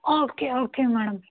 okay okay madam